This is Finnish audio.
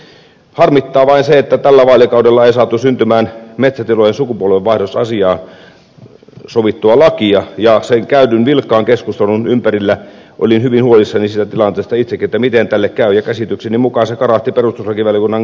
harmittaa vain se että tällä vaalikaudella ei saatu syntymään metsätilojen sukupolvenvaihdosasiaa koskevaa lakia ja sen käydyn vilkkaan keskustelun ympärillä olin hyvin huolissani siitä tilanteesta itsekin että miten tälle käy ja käsitykseni mukaan se karahti perustuslakivaliokunnan jääräpäiseen kantaan